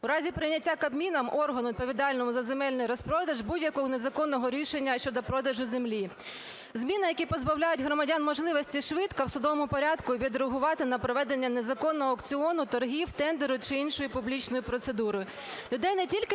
в разі прийняттям Кабміном - органу, відповідального за земельний розпродаж, - будь-якого незаконного рішення щодо продажу землі. Зміни, які позбавляють громадян можливості швидко в судовому порядку відреагувати на проведення незаконного аукціону, торгів, тендеру чи іншої публічної процедури.